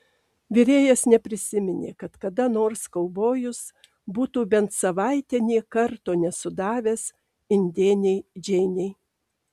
virėjas neprisiminė kad kada nors kaubojus būtų bent savaitę nė karto nesudavęs indėnei džeinei